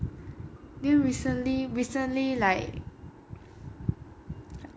then recently recently like